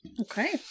Okay